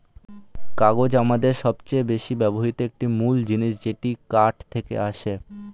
কাগজ আমাদের সবচেয়ে বেশি ব্যবহৃত একটি মূল জিনিস যেটা কাঠ থেকে আসে